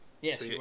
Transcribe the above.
Yes